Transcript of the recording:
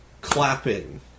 clapping